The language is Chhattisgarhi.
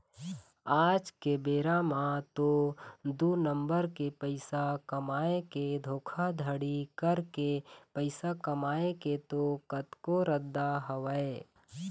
आज के बेरा म तो दू नंबर के पइसा कमाए के धोखाघड़ी करके पइसा कमाए के तो कतको रद्दा हवय